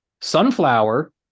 Sunflower